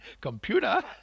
Computer